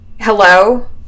hello